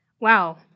Wow